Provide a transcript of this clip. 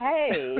Hey